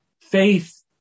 faith